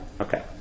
Okay